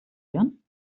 führen